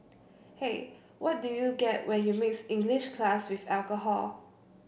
hey what do you get when you mix English class with alcohol